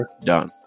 done